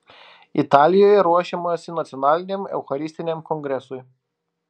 italijoje ruošiamasi nacionaliniam eucharistiniam kongresui